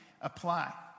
apply